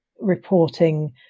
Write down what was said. reporting